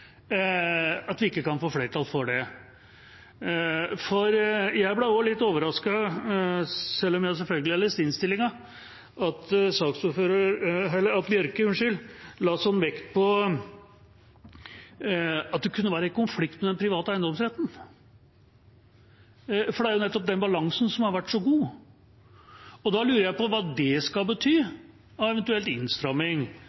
at vi ikke kan få flertall for det. Jeg ble også litt overrasket – selv om jeg selvfølgelig har lest innstillinga – over at representanten Bjørke la slik vekt på at det kunne være i konflikt med den private eiendomsretten, for det er jo nettopp den balansen som har vært så god. Da lurer jeg på hva det skal